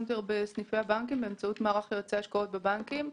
בסניפי הבנקים באמצעות מערך יועצי השקעות בבנקים.